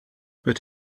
but